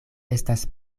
estas